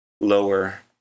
lower